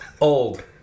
Old